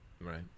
Right